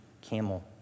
camel